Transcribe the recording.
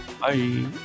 Bye